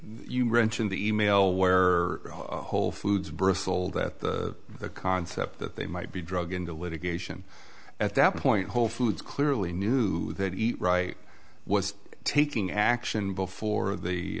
you wrench in the email where whole foods bristled at the concept that they might be drug into litigation at that point whole foods clearly knew they'd eat right was taking action before the